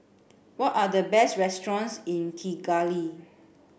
what are the best restaurants in Kigali